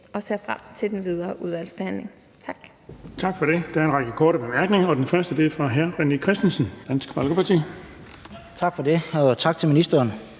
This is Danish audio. Jeg ser frem til den videre udvalgsbehandling. Tak.